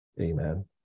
Amen